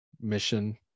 mission